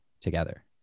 together